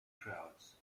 crowds